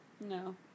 No